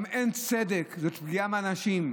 גם אין צדק, זאת פגיעה באנשים.